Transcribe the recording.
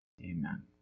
Amen